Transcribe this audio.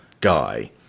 guy